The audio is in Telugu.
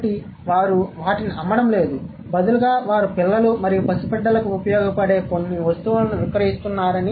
కాబట్టి వారు వాటిని అమ్మడం లేదు బదులుగా వారు పిల్లలు మరియు పసిబిడ్డలకు ఉపయోగపడే కొన్ని వస్తువులను విక్రయిస్తున్నారు